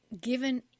given